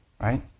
right